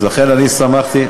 לכן אני שמחתי,